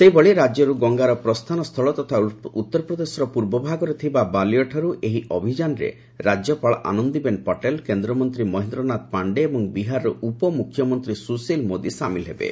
ସେହିଭଳି ରାଜ୍ୟରୁ ଗଙ୍ଗାରୁ ପ୍ରସ୍ଥାନସ୍ଥଳ ତଥା ଉତ୍ତରପ୍ରଦେଶର ପୂର୍ବଭାଗରେ ଥିବା ବାଲିଆଠାରୁ ଏହି ଅଭିଯାନରେ ରାଜ୍ୟପାଳ ଆନନ୍ଦିବେନ୍ ପଟେଲ୍ କେନ୍ଦ୍ରମନ୍ତ୍ରୀ ମହେନ୍ଦ୍ରନାଥ ପାଣ୍ଡେ ଏବଂ ବିହାରର ଉପମୁଖ୍ୟମନ୍ତ୍ରୀ ସୁଶୀଲ ମୋଦି ସାମିଲ ହେବେ